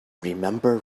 remember